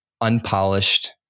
unpolished